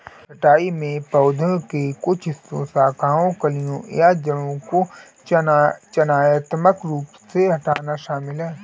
छंटाई में पौधे के कुछ हिस्सों शाखाओं कलियों या जड़ों को चयनात्मक रूप से हटाना शामिल है